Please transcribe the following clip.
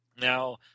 Now